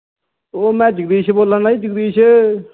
ओह् में जगदीश बोला ना जगदीश